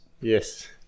Yes